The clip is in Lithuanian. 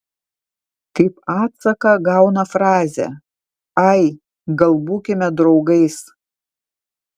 kaip atsaką gauna frazę ai gal būkime draugais